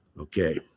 okay